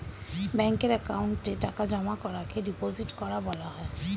ব্যাঙ্কের অ্যাকাউন্টে টাকা জমা করাকে ডিপোজিট করা বলা হয়